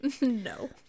No